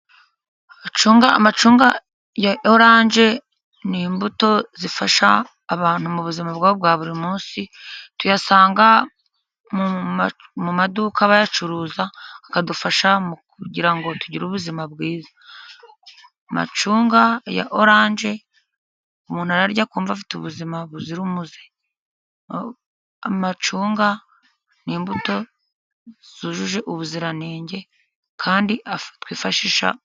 Amacunga ya orange n'mbuto zifasha abantu m'ubuzima bwa buri munsi. Tuyasanga mu maduka bayacuruza akadufasha mu kugirango tugire ubuzima bwiza, amacunga ya orange umuntu ararya kumva afite ubuzima buzira umuze. Amacunga n'imbuto zujuje ubuziranenge kandi twifashisha.